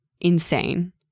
insane